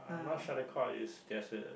I'm not sure whether call is there's a